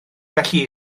felly